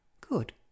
Good